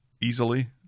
easily